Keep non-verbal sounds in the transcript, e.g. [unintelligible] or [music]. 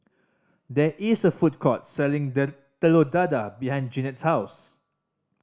there is a food court selling [unintelligible] Telur Dadah behind Jeannette's house